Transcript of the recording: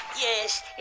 Yes